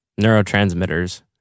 neurotransmitters